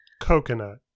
Coconut